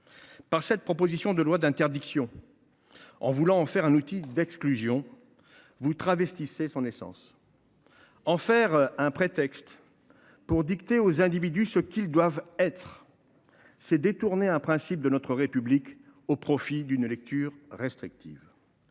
par cette proposition de loi d’interdiction, faire de la laïcité un outil d’exclusion, c’est travestir son essence. User d’elle comme d’un prétexte pour dicter aux individus ce qu’ils doivent être, c’est détourner un principe de notre République au profit d’une lecture restrictive